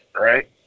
right